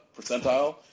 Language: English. percentile